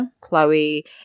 chloe